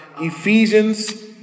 Ephesians